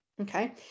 okay